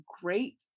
great